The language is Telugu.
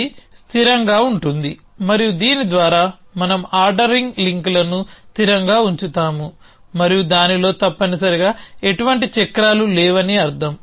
ఇది స్థిరంగా ఉంటుంది మరియు దీని ద్వారా మనం ఆర్డరింగ్ లింక్లను స్థిరంగా ఉంచుతాము మరియు దానిలో తప్పనిసరిగా ఎటువంటి చక్రాలు లేవని అర్థం